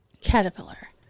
Caterpillar